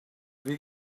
wie